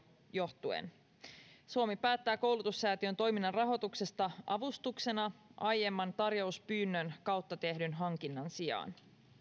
johtuen suomi päättää koulutussäätiön toiminnan rahoituksesta avustuksena aiemman tarjouspyynnön kautta tehdyn hankinnan sijaan